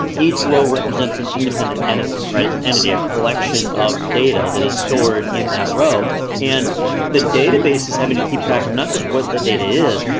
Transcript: each row represents an independent entity, right? it's an entity, a collection of data that is stored in that row. and the database is having to keep track of not just what the data is,